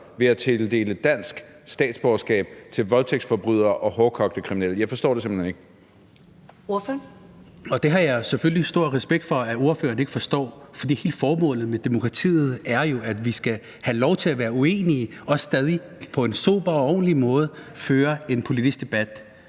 ved at tildele dansk statsborgerskab til voldtægtsforbrydere og hårdkogte kriminelle? Jeg forstår det simpelt hen ikke. Kl. 14:14 Første næstformand (Karen Ellemann): Ordføreren. Kl. 14:14 Sikandar Siddique (UFG): Det har jeg selvfølgelig stor respekt for at ordføreren ikke forstår, for hele formålet med demokratiet er jo, at vi skal have lov til at være uenige og stadig på en sober og ordentlig måde føre en politisk debat.